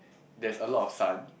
there's a lot of sun